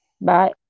Bye